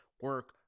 Work